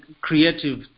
creative